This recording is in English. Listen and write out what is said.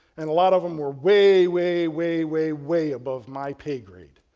and a lot of them were way, way, way, way, way above my pay grade.